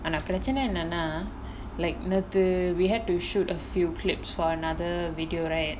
ஆனா பிரச்சினை என்னான்னா:aanaa pirachanai ennaannaa like நேத்து:nethu we had to shoot a few clips for another video right